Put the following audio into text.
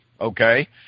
okay